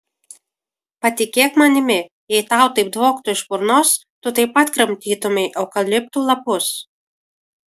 patikėk manimi jei tau taip dvoktų iš burnos tu taip pat kramtytumei eukaliptų lapus